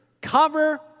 cover